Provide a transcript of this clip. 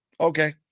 okay